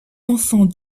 enfants